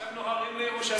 הם עכשיו נוהרים לירושלים.